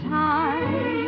time